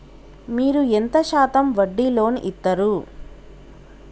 మీరు ఎంత శాతం వడ్డీ లోన్ ఇత్తరు?